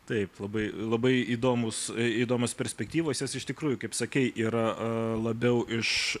taip labai labai įdomūs įdomios perspektyvos jos iš tikrųjų kaip sakei yra labiau iš